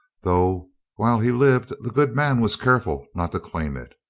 though while he lived the good man was careful not to claim it.